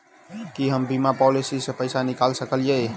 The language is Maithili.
की हम बीमा पॉलिसी सऽ पैसा निकाल सकलिये?